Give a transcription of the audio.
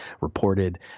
reported